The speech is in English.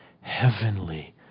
heavenly